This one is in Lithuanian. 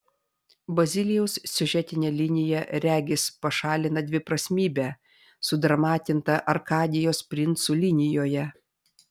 bazilijaus siužetinė linija regis pašalina dviprasmybę sudramatintą arkadijos princų linijoje